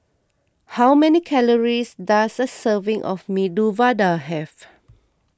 how many calories does a serving of Medu Vada have